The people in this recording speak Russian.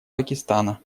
пакистана